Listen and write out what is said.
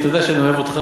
אתה יודע שאני אוהב אותך,